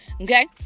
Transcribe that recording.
okay